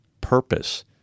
purpose